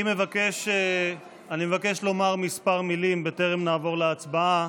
אני מבקש לומר כמה מילים בטרם נעבור להצבעה,